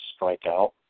strikeout